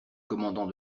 commandant